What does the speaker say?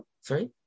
sorry